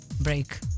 break